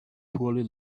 poorly